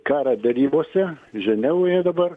karą derybose ženevoje dabar